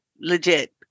legit